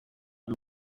uyu